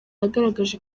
yagaragaje